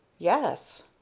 yes.